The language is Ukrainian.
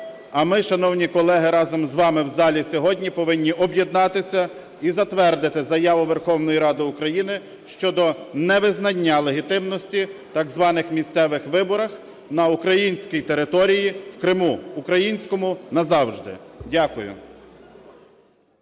А ми, шановні колеги, разом з вами, в залі сьогодні повинні об'єднатися і затвердити Заяву Верховної Ради України щодо невизнання легітимності так званих місцевих виборів на українській території – в Криму, українському назавжди. Дякую.